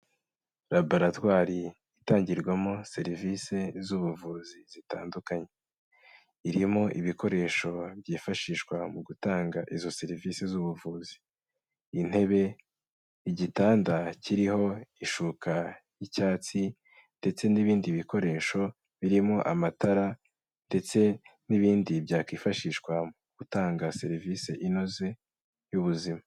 Laboratwari itangirwamo serivisi z'ubuvuzi zitandukanye, irimo ibikoresho byifashishwa mu gutanga izo serivisi z'ubuvuzi, intebe, igitanda kiriho ishuka y'icyatsi ndetse n'ibindi bikoresho birimo amatara ndetse n'ibindi byakwifashishwa mu gutanga serivisi inoze y'ubuzima.